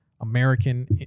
American